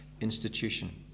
institution